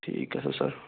ঠিক আছে ছাৰ